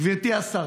גברתי השרה,